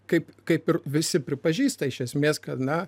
kaip kaip ir visi pripažįsta iš esmės kad na